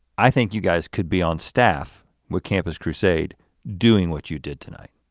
i think you guys could be on staff with campus crusade doing what you did tonight.